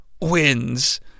wins